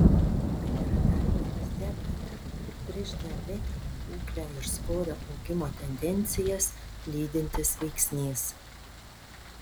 bet yra dar vienas diabetą priešdiabetinę būklę ir svorio augimo tendencijas lydintis veiksnys